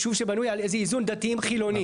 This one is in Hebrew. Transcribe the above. ישוב שבנוי על איזה איזון דתיים חילוניים.